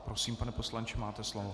Prosím, pane poslanče, máte slovo.